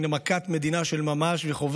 היא מכת מדינה של ממש,